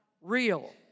real